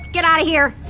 get out of here.